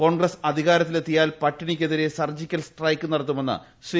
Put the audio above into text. കോൺഗ്രസ്റ്റ് അധികാര ത്തിൽ എത്തിയാൽ പട്ടിണിക്കെതിരെ സർജിക്കൽ സ്ട്രൈക്ക് നടത്തുമെന്ന് ശ്രീ